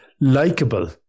likable